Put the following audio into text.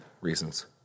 reasons